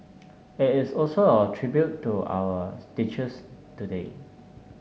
it is also a tribute to our teachers today